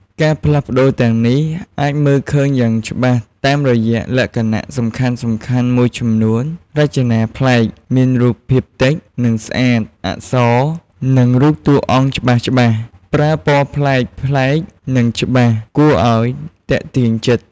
ការផ្លាស់ប្ដូរទាំងនេះអាចមើលឃើញយ៉ាងច្បាស់តាមរយៈលក្ខណៈសំខាន់ៗមួយចំនួន រចនាប្លែក មានរូបភាពតិច និងស្អាត អក្សរ និងរូបតួអង្គច្បាស់ៗ ប្រើពណ៌ប្លែកៗនឹងច្បាស់ គួរអោយទាក់ទាញចិត្ត ។